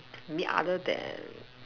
mean other than